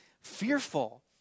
fearful